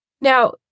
Now